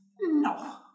No